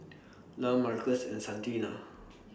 Lum Marcos and Santina